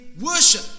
worship